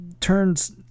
turns